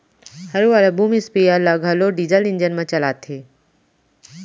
हरू वाला boom sprayer ल घलौ डीजल इंजन म चलाथें